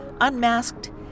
unmasked